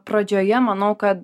pradžioje manau kad